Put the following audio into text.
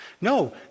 No